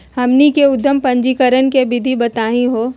हमनी के उद्यम पंजीकरण के विधि बताही हो?